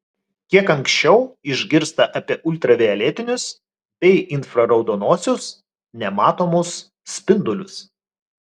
kiek anksčiau išgirsta apie ultravioletinius bei infraraudonuosius nematomus spindulius